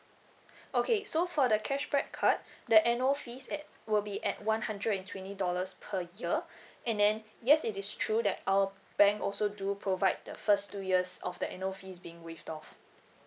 okay so for the cashback card the annual fees at will be at one hundred and twenty dollars per year and then yes it is true that our bank also do provide the first two years of the annual fees being waived off